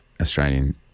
Australian